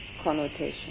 connotation